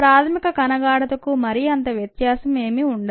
ప్రాథమిక కణ గాఢతకు మరీ అంత వ్యత్యాసం ఏమి ఉండదు